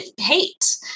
hate